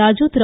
Raju Thiru